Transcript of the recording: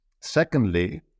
Secondly